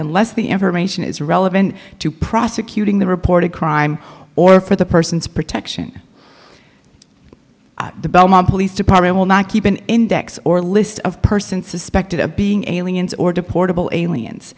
and less the information is relevant to prosecuting the reported crime or for the person's protection the belmont police department will not keep an index or list of person suspected of being aliens or deportable aliens